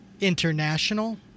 international